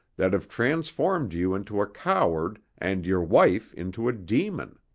that have transformed you into a coward and your wife into a demon.